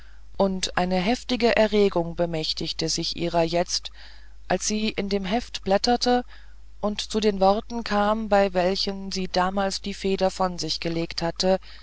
und eine heftige erregung bemächtigte sich ihrer jetzt als sie in dem heft blätterte und zu den worten kam bei welchen sie damals die feder von sich gelegt hatte